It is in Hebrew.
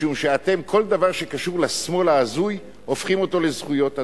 משום שכל דבר שקשור לשמאל ההזוי הופכים אותו לזכויות אדם.